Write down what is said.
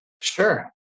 Sure